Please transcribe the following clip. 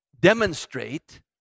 demonstrate